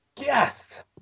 Yes